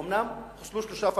אומנם חיסלו שלושה פלסטינים,